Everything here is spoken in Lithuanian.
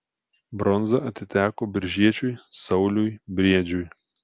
bronza atiteko biržiečiui sauliui briedžiui